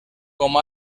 com